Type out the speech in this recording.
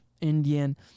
Indian